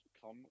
come